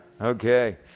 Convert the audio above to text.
Okay